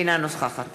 אינה נוכחת